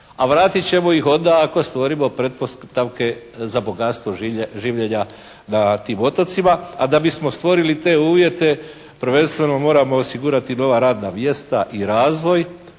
A vratit ćemo ih onda ako stvorimo pretpostavke za bogatstvo življenja na tim otocima, a da bismo stvorili te uvjete prvenstveno moramo osigurati nova radna mjesta i razvoj